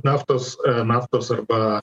naftos naftos arba